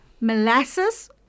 molasses